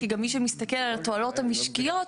כמי שמסתכל על התועלות המשקיות,